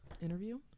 interview